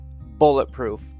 bulletproof